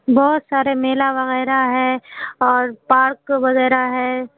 بہت سارے میلا وغیرہ ہے اور پارک وگیرہ ہے